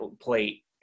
plate